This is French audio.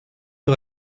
sur